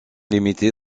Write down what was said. limité